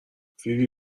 فیبی